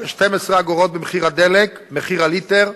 12 אגורות במחיר הדלק, מחיר הליטר,